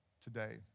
today